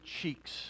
cheeks